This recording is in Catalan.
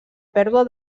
pèrdua